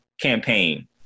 campaign